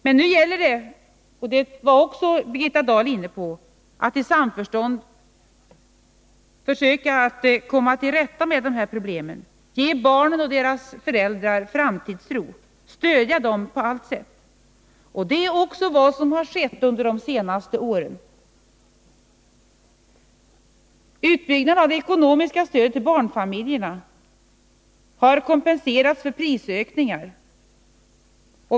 Men nu gäller det — som också Birgitta Dahl var inne på — att i samförstånd försöka komma till rätta med dessa problem, att ge barnen och deras föräldrar framtidstro, att stödja dem på allt sätt. Det är också vad som skett under de senaste åren. Utbyggnaden av det ekonomiska stödet till barnfamiljerna har kompenserat för prisökningar.